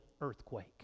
earthquake